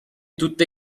tutta